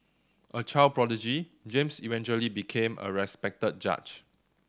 a child prodigy James eventually became a respected judge